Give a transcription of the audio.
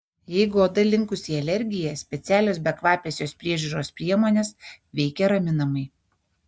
jeigu oda linkusi į alergiją specialios bekvapės jos priežiūros priemonės veikia raminamai